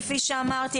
כפי שאמרתי,